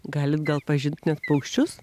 galit gal pažint net paukščius